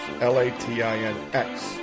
L-A-T-I-N-X